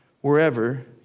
wherever